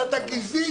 זו הסתה גזעית,